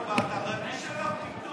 הוא עולה לדבר, אתה רגיש אליו פתאום?